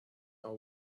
are